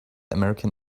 american